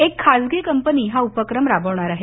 एक खासगी कंपनी हा उपक्रम राबवणार आहेत